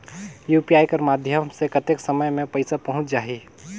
UPI कर माध्यम से कतेक समय मे पइसा पहुंच जाहि?